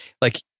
like-